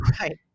Right